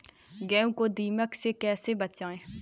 गेहूँ को दीमक से कैसे बचाएँ?